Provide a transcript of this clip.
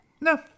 No